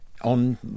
on